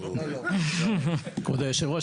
כבוד היושב-ראש,